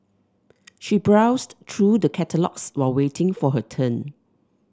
she browsed through the catalogues while waiting for her turn